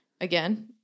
Again